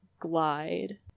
glide